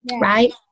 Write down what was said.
right